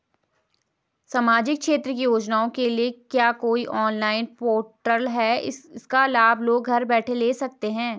सामाजिक क्षेत्र की योजनाओं के लिए क्या कोई ऑनलाइन पोर्टल है इसका लाभ लोग घर बैठे ले सकते हैं?